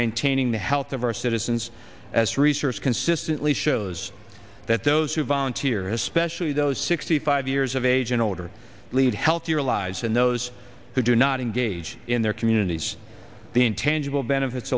maintaining the health of our citizens as research consistently shows that those who volunteer especially those sixty five years of age and older lead healthier lives and those who do not engage in their communities the intangible benefits